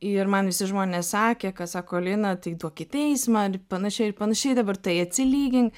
ir man visi žmonės sakė kad sako lina tai duok į teismą ar panašiai ir panašiai dabar tai atsilygink